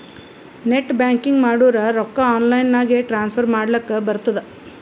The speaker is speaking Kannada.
ನೆಟ್ ಬ್ಯಾಂಕಿಂಗ್ ಮಾಡುರ್ ರೊಕ್ಕಾ ಆನ್ಲೈನ್ ನಾಗೆ ಟ್ರಾನ್ಸ್ಫರ್ ಮಾಡ್ಲಕ್ ಬರ್ತುದ್